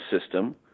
system